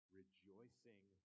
rejoicing